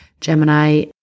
Gemini